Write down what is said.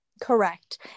Correct